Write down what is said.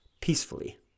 peacefully